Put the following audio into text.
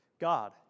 God